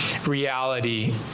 reality